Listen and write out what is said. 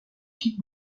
kick